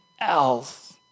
else